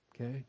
okay